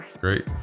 Great